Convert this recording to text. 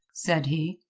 said he.